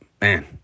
Man